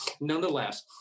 Nonetheless